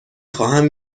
خواهم